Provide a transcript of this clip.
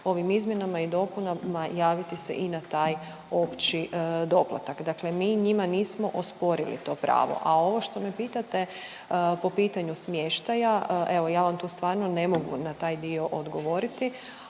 ovim izmjenama i dopunama javiti se i na taj opći doplatak. Dakle, mi njima nismo osporili to pravo. A ovo što me pitate po pitanju smještaja, evo ja vam tu stvarno ne mogu na taj dio odgovoriti,